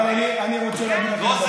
אבל אני רוצה להגיד לכם דבר אחד.